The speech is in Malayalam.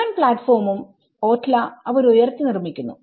മുഴുവൻ പ്ലാറ്റ്ഫോമും ഓട്ല അവർ ഉയർത്തി നിർമ്മിക്കുന്നു